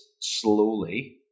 slowly